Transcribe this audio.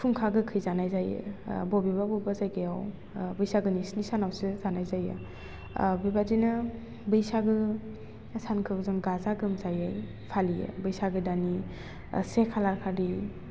खुंखा गोखै जानाय जायो बबेबा बबेबा जायगायाव बैसागुनि स्नि सानावसो जानाय जायो बे बायदिनो बैसागो सानखौ जों गाजा गोमजायै फालियो बैसागो दाननि से खालार खालि